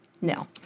no